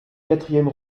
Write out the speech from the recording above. quatrième